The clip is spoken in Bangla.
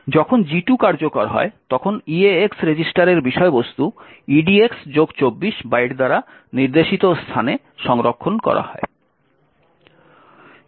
যখন G2 কার্যকর হয় তখন eax রেজিস্টারের বিষয়বস্তু edx24 বাইট দ্বারা নির্দেশিত স্থানে সংরক্ষণ করা হয়